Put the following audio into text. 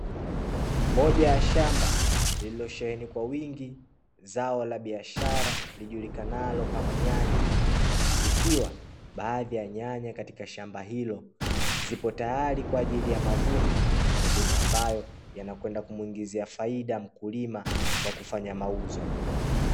Moja ya shamba lililosheheni kwa wingi zao la biashara lijulikanalo kama nyanya, ikiwa baadhi ya nyanya katika shamba hilo zipo tayari kwa ajili ya mavuno. Mavuno ambayo yanakwenda kumuingizia faida mkulima kwa kufanya mauzo.